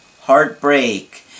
heartbreak